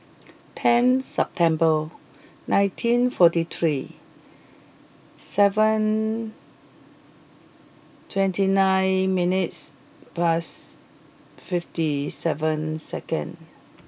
ten September nineteen forty three seven twenty nine minutes past fifty seven second